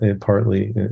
partly